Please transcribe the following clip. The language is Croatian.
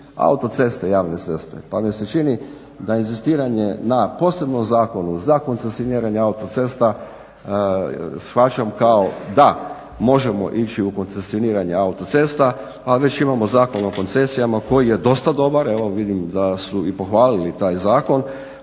autoceste javne ceste pa mi se čini da inzistiranje na posebnom zakonu za koncesioniranje autocesta shvaćam kao da možemo ići u koncesioniranje autocesta, a već imamo Zakon o koncesijama koji je dosta dobar. Evo vidim da su i pohvalili taj zakon